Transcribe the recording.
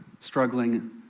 struggling